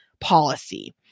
policy